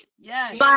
Yes